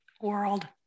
world